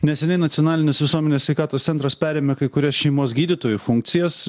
neseniai nacionalinis visuomenės sveikatos centras perėmė kai kurias šeimos gydytojų funkcijas